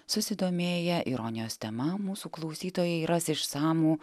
susidomėję ironijos tema mūsų klausytojai ras išsamų